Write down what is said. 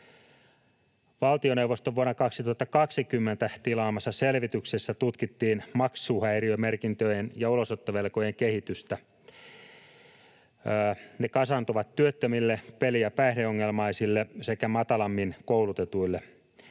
Valtioneuvoston vuonna 2020 tilaamassa selvityksessä tutkittiin maksuhäiriömerkintöjen ja ulosottovelkojen kehitystä. Ne kasaantuvat työttömille, peli- ja päihdeongelmaisille sekä matalammin koulutetuille.